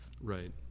Right